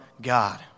God